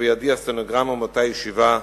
ובידי הסטנוגרמה מאותה ישיבה,